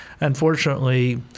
unfortunately